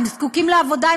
הם זקוקים לעבודה,